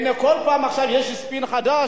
כל פעם יש ספין חדש.